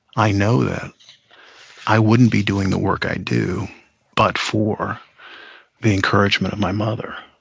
i know that i wouldn't be doing the work i do but for the encouragement of my mother.